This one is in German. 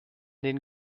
den